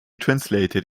translated